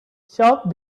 showed